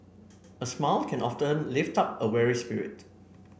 a smile can often lift up a weary spirit